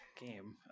game